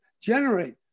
generate